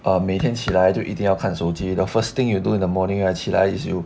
哦每天起来就一定要手机 the first thing you do in the morning right 起来 is you